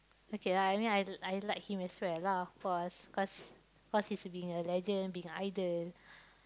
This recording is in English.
okay lah I mean I I like him as well lah of course cause cause he's been a legend been idol